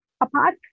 apart